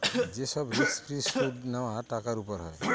যে সব risk free সুদ নেওয়া টাকার উপর হয়